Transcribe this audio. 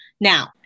Now